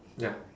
ya